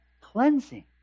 cleansing